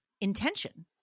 intention